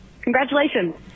Congratulations